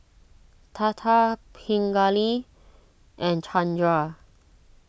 Tata Pingali and Chandra